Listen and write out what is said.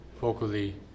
vocally